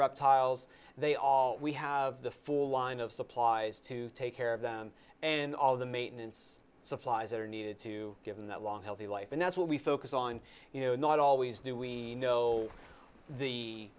reptiles they all we have the full line of supplies to take care of them and all of the maintenance supplies that are needed to give them that long healthy life and that's what we focus on you know not always do we know the